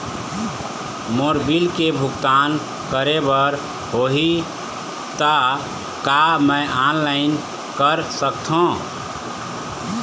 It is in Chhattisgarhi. मोर बिल के भुगतान करे बर होही ता का मैं ऑनलाइन कर सकथों?